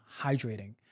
hydrating